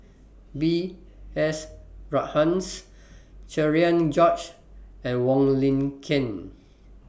B S Rajhans Cherian George and Wong Lin Ken